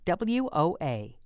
WOA